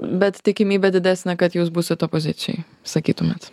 bet tikimybė didesnė kad jūs būsit opozicijoj sakytumėt